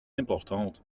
importante